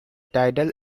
tidal